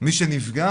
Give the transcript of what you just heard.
מי שנפגע